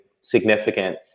significant